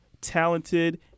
talented